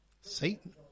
Satan